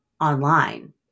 online